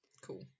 Cool